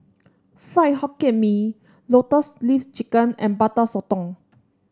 Fried Hokkien Mee Lotus Leaf Chicken and Butter Sotong